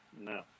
No